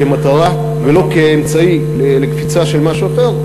מטרה ולא אמצעי קפיצה למשהו אחר,